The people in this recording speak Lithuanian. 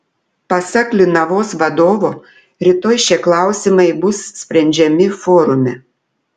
pasak linavos vadovo rytoj šie klausimai bus sprendžiami forume